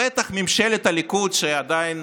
בטח ממשלת הליכוד, שעדיין